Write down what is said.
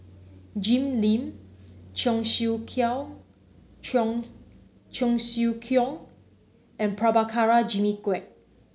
Jim Lim Cheong Siew Cheong Cheong Siew Keong and Prabhakara Jimmy Quek